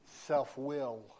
self-will